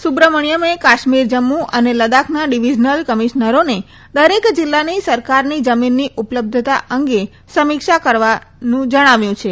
સુધ્રમણિયમએ કાશ્મિર જમ્મ્ અને લદાખના ડીવીઝનલ કમિશ્નરોને દરેક જીલ્લાની સરકારની જમીનની ઉપલબ્ધતા અંગે સમીક્ષા કરવાનું જણાવ્યું છે